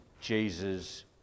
Jesus